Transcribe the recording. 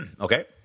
Okay